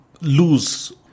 lose